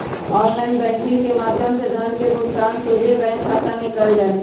online banking के माध्यम से धन के भुगतान सोझे बैंक खता में कएल जाइ छइ